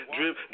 Drip